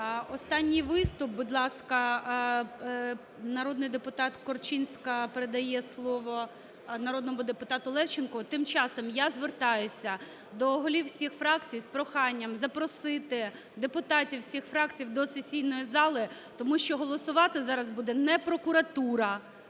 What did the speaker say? Останній виступ. Будь ласка, народний депутат Корчинська передає слово народному депутату Левченку. Тим часом я звертаюся до голів всіх фракцій з проханням запросити депутатів всіх фракцій до сесійної зали, тому що голосувати зараз буде не прокуратура,